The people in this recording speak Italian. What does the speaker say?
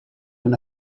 una